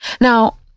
Now